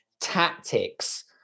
tactics